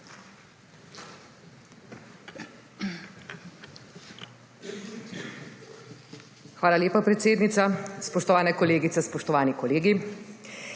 Hvala lepa, predsednica. Spoštovane kolegice, spoštovani kolegi!